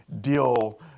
deal